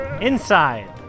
Inside